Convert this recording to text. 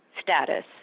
status